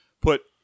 put